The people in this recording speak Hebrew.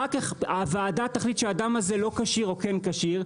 אחר כך הוועדה תחליט שהאדם הזה לא כשיר או כן כשיר,